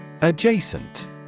Adjacent